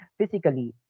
physically